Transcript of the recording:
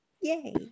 Yay